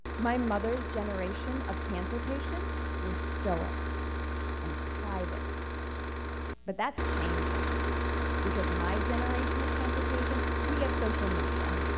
my mother's generation of cancer patient were stoic and private but that's changing because my generation of cancer patient, we have social media